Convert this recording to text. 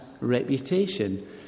reputation